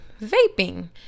vaping